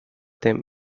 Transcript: them